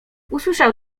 usłyszał